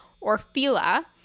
Orfila